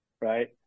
Right